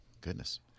goodness